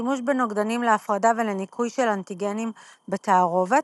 - השימוש בנוגדנים להפרדה ולניקוי של אנטיגנים בתערובת,